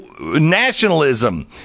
nationalism